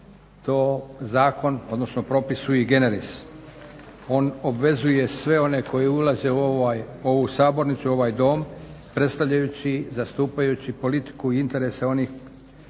to zakon, odnosno propis sui generis. On obvezuje sve one koji ulaze u ovu sabornicu, ovaj dom, predstavljajući i zastupajući politiku i interese onih zbog